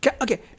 Okay